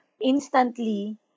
instantly